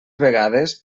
vegades